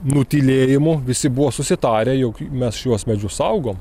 nutylėjimu visi buvo susitarę jog mes šiuos medžius saugom